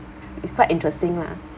it's it's quite interesting lah